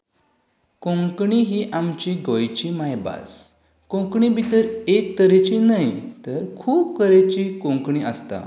कोंकणी ही आमची गोंयची मायभास कोंकणी भितर एक तरेची न्हय तर खूब तरेची कोंकणी आसता